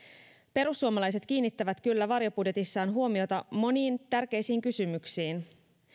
perussuomalaiset kiinnittävät kyllä varjobudjetissaan huomiota moniin tärkeisiin kysymyksiin